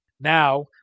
Now